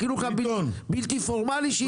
החינוך הבלתי פורמלי שהתייקר.